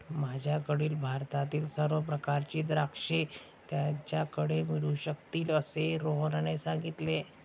माझ्याकडील भारतातील सर्व प्रकारची द्राक्षे त्याच्याकडे मिळू शकतील असे रोहनने सांगितले